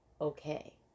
okay